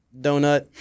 donut